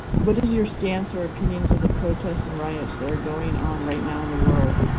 what is your stance or opinions of the protests and riots that are going on right now in the world,